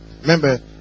remember